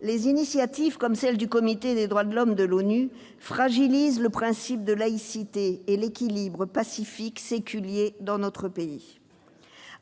Les initiatives comme celle du Comité des droits de l'homme de l'ONU fragilisent le principe de laïcité et l'équilibre pacifique séculier dans notre pays.